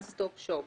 one stop shop,